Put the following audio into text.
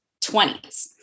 20s